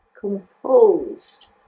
composed